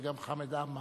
וגם חמד עמאר,